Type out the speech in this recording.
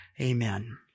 amen